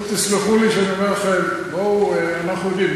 אבל תסלחו לי שאני אומר לכם: אנחנו יודעים,